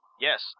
Yes